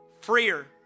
freer